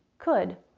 could.